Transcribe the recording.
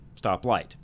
stoplight